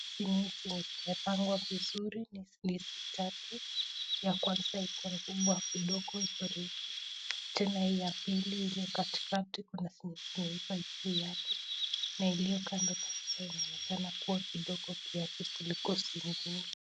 Hizi ni ndizi tatu ambazo zimepangwa vizuri ,ya kwanza ikiwa kubwa kidogo tena hii ya pili ikiwa katikati kuna yenye imeiva kiasi na iliyo kando inaonekana kuwa ndogo kiasi kuliko zingine.